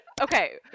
Okay